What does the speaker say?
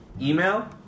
email